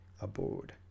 aboard